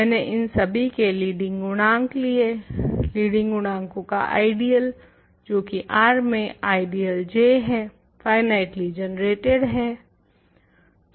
मैंने इन सभी के लीडिंग गुणांक लिए लीडिंग गुणांकों का आइडियल जो की R में आइडियल J है फाइनाइटली जनरेटेड है